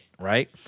right